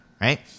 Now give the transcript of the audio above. right